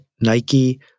Nike